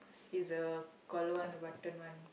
it's a collar one button one